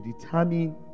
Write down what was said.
determine